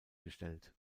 gestellt